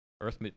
earth